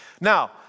now